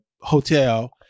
hotel